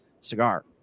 cigar